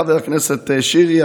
חבר הכנסת שירי,